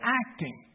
acting